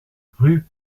rue